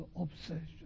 obsession